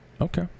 Okay